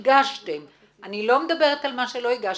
שהגשתם - אני לא מדברת על מה שלא הגשתם,